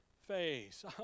face